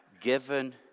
given